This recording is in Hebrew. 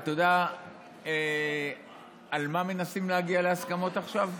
אתה יודע על מה מנסים להגיע להסכמות עכשיו?